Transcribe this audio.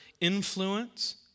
influence